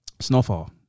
Snowfall